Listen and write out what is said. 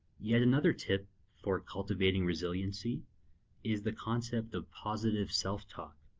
yeah and another tip for cultivating resiliency is the concept of positive self-talk.